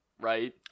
right